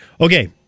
Okay